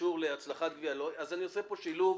שקשור להצלחה -- -אז אני עושה פה שילוב,